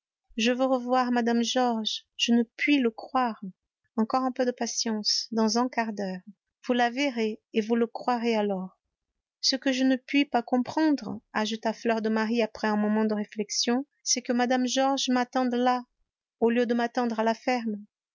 je vais revoir mme georges je ne puis le croire encore un peu de patience dans un quart d'heure vous la verrez et vous le croirez alors ce que je ne puis pas comprendre ajouta fleur de marie après un moment de réflexion c'est que mme georges m'attende là au lieu de m'attendre à la ferme